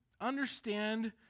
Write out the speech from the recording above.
Understand